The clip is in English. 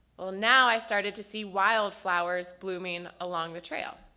well now i started to see wildflowers blooming along the trail.